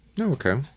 okay